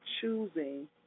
choosing